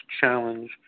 challenge